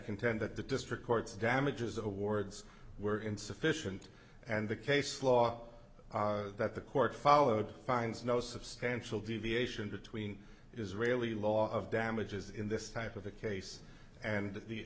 contend that the district court's damages awards were insufficient and the case law that the court followed finds no substantial deviation between israeli law of damages in this type of a case and the